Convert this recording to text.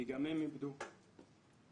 כי גם הם איבדו את היקרים להם.